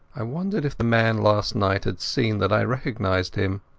i wondered if the man last night had seen that i recognized him.